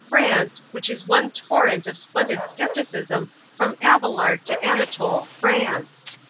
france, which is one torrent of splendid scepticism from abelard to anatole france.